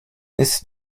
ist